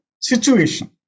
situation